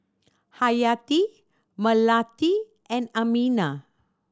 Hayati Melati and Aminah